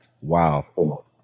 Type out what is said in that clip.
Wow